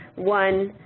one,